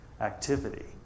activity